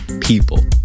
people